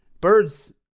birds